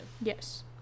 yes